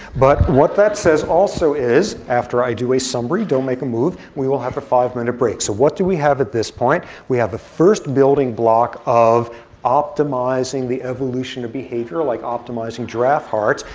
but what that says also is, after i do a summary, don't make a move. we will have a five minute break. so what do we have at this point, we have the first building block of optimizing the evolution of behavior, like optimizing giraffe hearts.